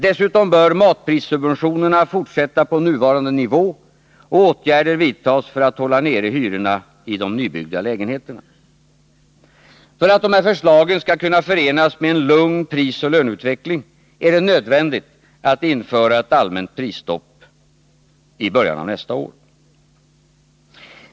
Dessutom bör matprissubventionerna fortsätta på nuvarande nivå och åtgärder vidtas för att hålla nere hyrorna i nybyggda lägenheter. För att de här förslagen skall kunna förenas med en lugn prisoch löneutveckling är det nödvändigt att införa ett allmänt prisstopp i början av nästa år.